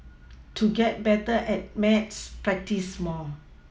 to get better at maths practise more